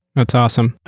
that's awesome.